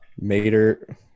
mater